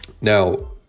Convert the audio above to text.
Now